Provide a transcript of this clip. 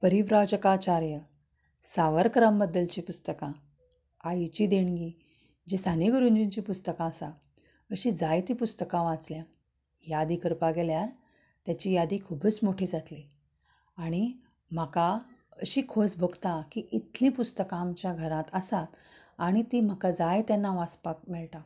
परिवराजकाचार्य सावरकरा बद्दलचीं पुस्तकां आईचीं देणगीं जी साने गुरुजींचीं पुस्तकां आसात अशीं जायतीं पुस्तकां वाचल्यांत यादी करपा गेल्यार तेची यादी खुबच मोठी जातली आनी म्हाका अशी खोस भोगता की इतलीं पुस्तकां आमच्या घरांत आसात आनी तीं म्हाका जाय तेन्ना वाचपाक मेळटात